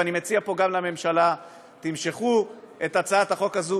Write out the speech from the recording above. ואני מציע גם לממשלה: תמשכו את הצעת החוק הזאת.